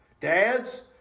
Dads